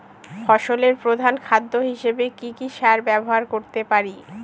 ফসলের প্রধান খাদ্য হিসেবে কি কি সার ব্যবহার করতে পারি?